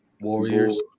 Warriors